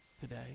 today